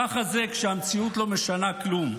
ככה זה כשהמציאות לא משנה כלום,